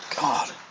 God